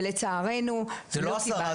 ולצערנו לא קיבלנו.